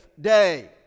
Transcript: day